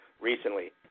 recently